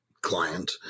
client